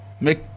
make